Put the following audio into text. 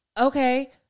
okay